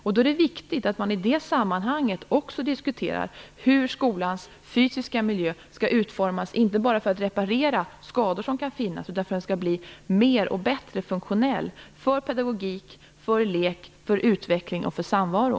Det är viktigt att man i det sammanhanget också diskuterar hur skolans fysiska miljö skall utformas, inte bara för att reparera de skador som kan finnas utan också för att miljön skall bli bättre och mer funktionell för pedagogik, för lek, för utveckling och för samvaro.